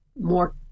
more